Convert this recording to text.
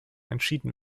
entschieden